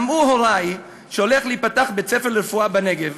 שמעו הורי שהולך להיפתח בית-ספר לרפואה בנגב